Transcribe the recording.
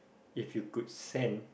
if you could send